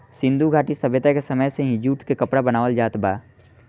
सिंधु घाटी सभ्यता के समय से ही जूट से कपड़ा बनावल जात बा